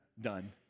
done